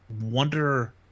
wonder